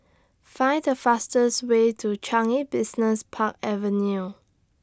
Find The fastest Way to Changi Business Park Avenue